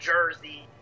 Jersey